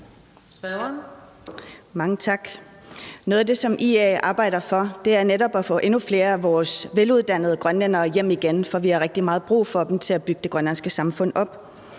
Noget af det, som IA arbejder for, er netop at få endnu flere af vores veluddannede grønlændere hjem igen, for vi har rigtig meget brug for dem til at bygge det grønlandske samfund op.